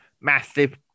massive